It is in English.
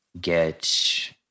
get